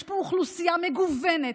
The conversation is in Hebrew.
יש פה אוכלוסייה מגוונת,